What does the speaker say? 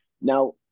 Now